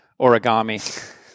origami